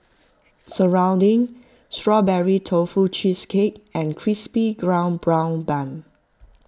Serunding Strawberry Tofu Cheesecake and Crispy ground Brown Bun